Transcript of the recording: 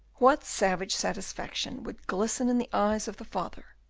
what savage satisfaction would glisten in the eyes of the father,